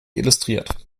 illustriert